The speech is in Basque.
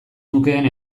nukeen